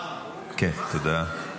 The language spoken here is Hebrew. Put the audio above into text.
נתקבלה.